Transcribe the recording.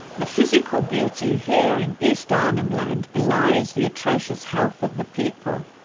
the physical beauty here in east arnhem land belies the atrocious health of the people.